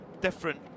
different